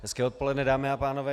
Hezké odpoledne, dámy a pánové.